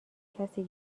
کسی